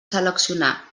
seleccionar